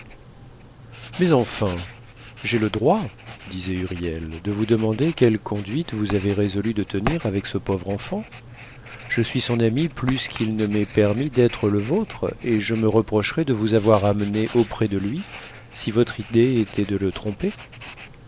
mais enfin j'ai le droit disait huriel de vous demander quelle conduite vous avez résolu de tenir avec ce pauvre enfant je suis son ami plus qu'il ne m'est permis d'être le vôtre et je me reprocherais de vous avoir amenée auprès de lui si votre idée était de le tromper